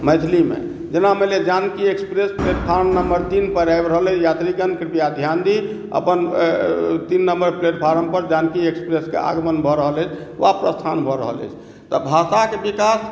मैथिलीमे जेना मानि लिअ जानकी एक्सप्रेस प्लेटफार्म नम्बर तीनपर आबि रहल अइ यात्रीगण कृपया ध्यान दी अपन तीन नम्बर प्लेटफार्मपर जानकी एक्सप्रेसके आगमन भऽ रहल अछि वा प्रस्थान भऽ रहल अछि तऽ भाषाक विकास